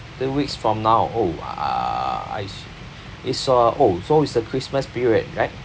two weeks from now oh uh I see it's a oh so it's the christmas period right